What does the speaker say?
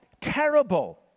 terrible